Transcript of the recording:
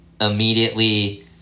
immediately